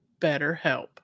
BetterHelp